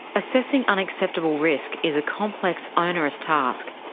assessing unacceptable risk is a complex, onerous task.